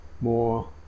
more